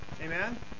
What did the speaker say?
Amen